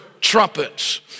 trumpets